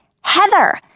Heather